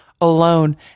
alone